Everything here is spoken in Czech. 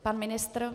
Pan ministr?